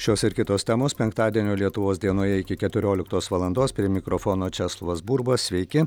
šios ir kitos temos penktadienio lietuvos dienoje iki keturioliktos valandos prie mikrofono česlovas burba sveiki